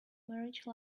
marriage